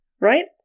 right